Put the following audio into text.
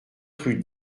rue